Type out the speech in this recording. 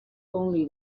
only